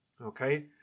Okay